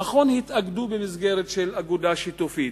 שנכון שהתאגדו במסגרת של אגודה שיתופית,